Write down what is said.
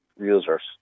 users